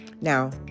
Now